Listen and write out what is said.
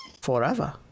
Forever